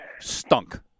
stunk